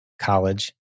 college